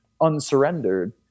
unsurrendered